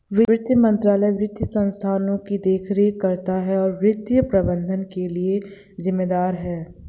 वित्त मंत्रालय वित्तीय संस्थानों की देखरेख करता है और वित्तीय प्रबंधन के लिए जिम्मेदार है